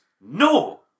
No